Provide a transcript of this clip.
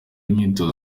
imyitozo